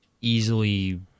easily